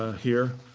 here